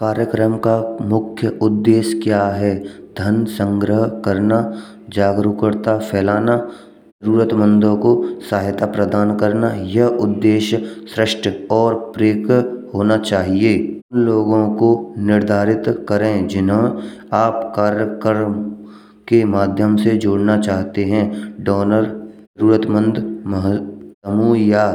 कार्यक्रम का मुख्य उद्देश्य क्या है। धन संग्रह करना, जागरूकता फैलाना। जरूरतमंदों को सहायता प्रदान करना। यह उद्देश्य श्रेष्ठ और प्रेरक होना चाहिए। लोगों को निर्दिष्ट करें जिन्हें आप कार्य क्रम के माध्यम से जोड़ना चाहते हैं। डोनर जरूरतमंद समूह या